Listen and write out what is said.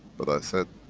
but i said,